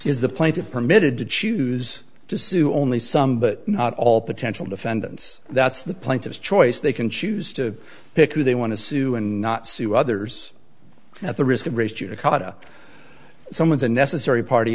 is the plaintive permitted to choose to sue only some but not all potential defendants that's the plaintiffs choice they can choose to pick who they want to sue and not sue others at the risk of race judicata some of the necessary party